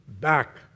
Back